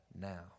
now